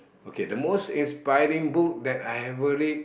okay the most inspiring book that I ever read